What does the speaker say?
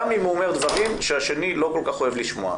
גם אם הוא אומר דברים שהשני לא כל כך אוהב לשמוע.